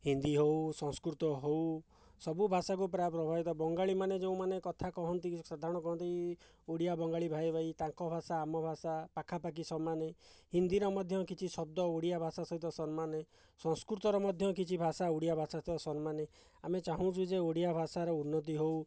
ହିନ୍ଦୀ ହେଉ ସଂସ୍କୃତ ହେଉ ସବୁ ଭାଷାକୁ ପ୍ରାୟ ପ୍ରଭାବିତ ବଙ୍ଗାଳୀମାନେ ଯେଉଁମାନେ କଥା କହନ୍ତି ସାଧାରଣ କହନ୍ତି ଓଡ଼ିଆ ବଙ୍ଗାଳୀ ଭାଇ ଭାଇ ତାଙ୍କ ଭାଷା ଆମ ଭାଷା ପାଖାପାଖି ସମାନ ହିନ୍ଦୀର ମଧ୍ୟ କିଛି ଶବ୍ଦ ଓଡ଼ିଆ ଭାଷା ସହିତ ସମାନ ସଂସ୍କୃତର ମଧ୍ୟ କିଛି ଭାଷା ଓଡ଼ିଆ ଭାଷା ସହ ସମାନ ଆମେ ଚାହୁଁଛୁ ଯେ ଓଡ଼ିଆ ଭାଷାର ଉନ୍ନତି ହେଉ